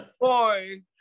boy